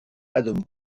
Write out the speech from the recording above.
adam